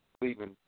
leaving